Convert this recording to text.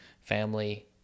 family